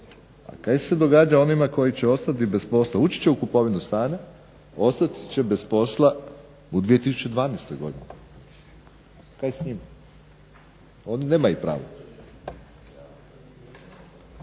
Kaj se događa onima koji će ostati bez posla, ući će u kupovinu stana, ostati će bez posla u 2012. godini? Kaj s njima? Oni nemaju pravo?